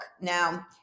now